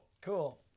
Cool